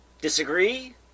disagree